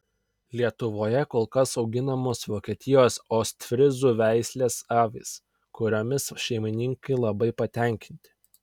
lietuvoje kol kas auginamos vokietijos ostfryzų veislės avys kuriomis šeimininkai labai patenkinti